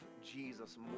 Jesus